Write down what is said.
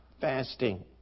fasting